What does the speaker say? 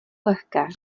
lehké